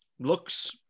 looks